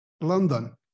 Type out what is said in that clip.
London